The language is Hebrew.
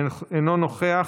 אינו נוכח,